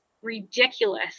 ridiculous